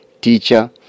teacher